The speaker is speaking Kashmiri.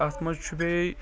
اَتھ منٛز چُھ بیٚیہِ